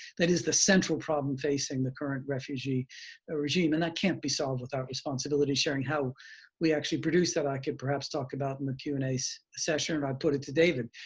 that is the central problem facing the current refugee ah regime, and that can't be solved without responsibility sharing. how we actually produce that i could perhaps talk about in the q and a's session, and i'd put it to david.